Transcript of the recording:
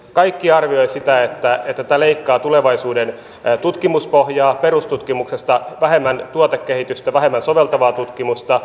kaikki arvioivat niin että tämä leikkaa tulevaisuuden tutkimuspohjaa perustutkimuksesta tulee olemaan vähemmän tuotekehitystä vähemmän soveltavaa tutkimusta